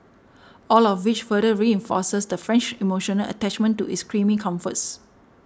all of which further reinforces the French emotional attachment to its creamy comforts